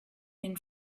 been